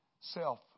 self